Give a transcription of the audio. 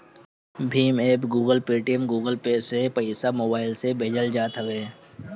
Bhim app, Google, Paytm, Google Pay से पईसा mobile से भेजल जात हवे